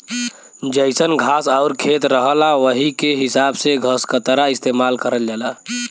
जइसन घास आउर खेत रहला वही के हिसाब से घसकतरा इस्तेमाल करल जाला